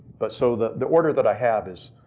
but so the the order that i have is,